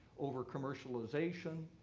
over-commercialization